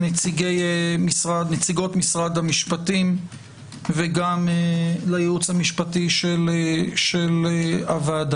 לנציגות משרד המשפטים ולייעוץ המשפטי של הוועדה.